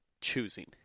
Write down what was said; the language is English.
choosing